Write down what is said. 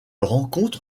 rencontre